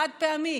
חד-פעמי.